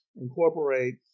incorporate